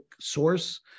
source